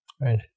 right